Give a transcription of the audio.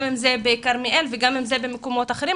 גם אם זה בכרמיאל וגם אם זה במקומות אחרים.